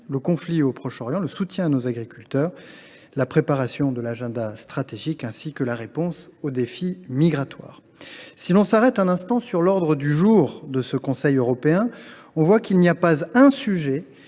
le conflit au Proche Orient, le soutien à nos agriculteurs, la préparation de l’agenda stratégique, ainsi que la réponse aux défis migratoires. Si l’on s’arrête un instant sur l’ordre du jour de ce Conseil européen, on constate qu’il n’y a pas un sujet